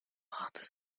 brachte